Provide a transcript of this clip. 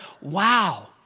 wow